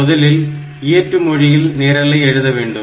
முதலில் இயற்று மொழியில் நிரலை எழுத வேண்டும்